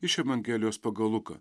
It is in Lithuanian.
iš evangelijos pagal luką